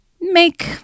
make